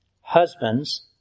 husbands